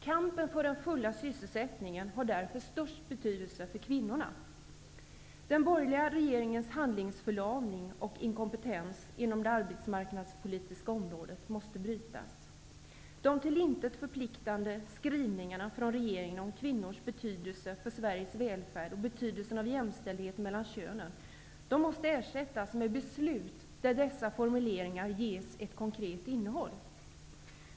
Kampen för den fulla sysselsättningen har därför störst betydelse för kvinnorna. Den borgerliga regeringens handlingsförlamning och inkompetens inom det arbetsmarknadspolitiska området måste brytas. De till intet förpliktande skrivningarna från regeringen om kvinnors betydelse för Sveriges välfärd och betydelsen av jämställdhet mellan könen måste ersättas med beslut där dessa formuleringar ges ett konkret innehåll.